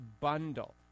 Bundle